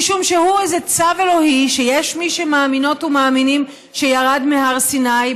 משום שהוא איזה צו אלוהי שיש מי שמאמינות ומאמינים שירד מהר סיני,